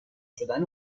شدن